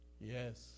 yes